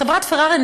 חברת פרארי,